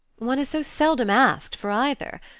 one is so seldom asked for either.